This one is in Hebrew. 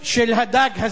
של הדג הזה,